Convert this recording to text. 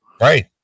right